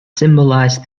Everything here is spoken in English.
symbolized